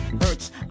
hurts